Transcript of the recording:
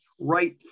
right